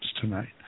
tonight